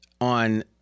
on